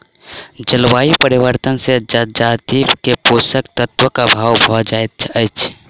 जलवायु परिवर्तन से जजाति के पोषक तत्वक अभाव भ जाइत अछि